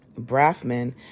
Braffman